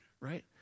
right